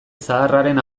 zaharraren